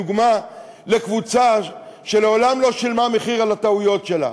דוגמה לקבוצה שמעולם לא שילמה מחיר על הטעויות שלה,